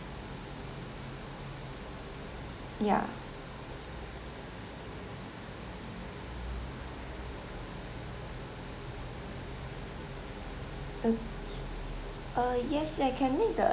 ya okay uh yes I can make the